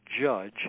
judge